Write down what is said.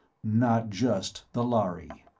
not just the lhari.